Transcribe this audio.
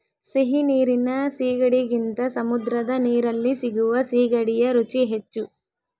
ಸಿಹಿ ನೀರಿನ ಸೀಗಡಿಗಿಂತ ಸಮುದ್ರದ ನೀರಲ್ಲಿ ಸಿಗುವ ಸೀಗಡಿಯ ರುಚಿ ಹೆಚ್ಚು